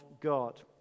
God